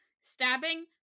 Stabbing